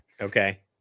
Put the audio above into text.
Okay